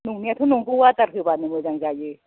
नंनायाथ' नंगौ आदार होबानो मोजां जायो